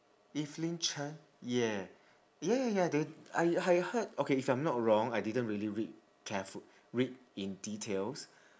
evelyn chen yeah ya ya ya then I I heard okay if I'm not wrong I didn't really read careful read in details